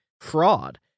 fraud